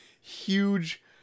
huge